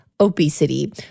obesity